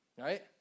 Right